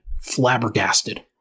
Flabbergasted